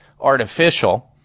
artificial